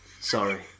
Sorry